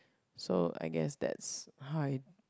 so I guess that's how I